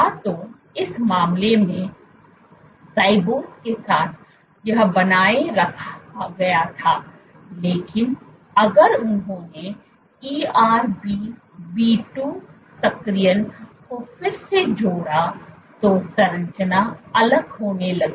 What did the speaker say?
या तो इस मामले में राइबोस के साथ यह बनाए रखा गया था लेकिन अगर उन्होंने ErbB2 सक्रियण को फिर से जोड़ा तो संरचना अलग होने लगी